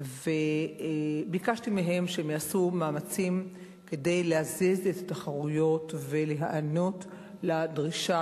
וביקשתי מהם שהם יעשו מאמצים כדי להזיז את התחרויות ולהיענות לדרישה